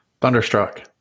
Thunderstruck